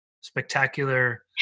spectacular